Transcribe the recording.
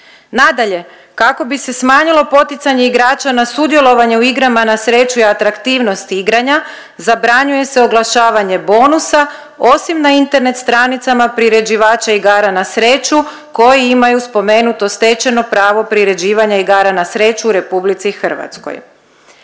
Nadalje, kako bi se smanjilo poticanje igrača na sudjelovanje u igrama na sreću i atraktivnost igranja zabranjuje se oglašavanje bonusa osim na internet stranicama priređivača igara na sreću koji imaju spomenuto stečeno pravo priređivanja igara na sreću u RH.